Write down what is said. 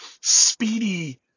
speedy